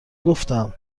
گفتم